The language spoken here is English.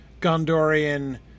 Gondorian